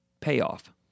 payoff